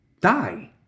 die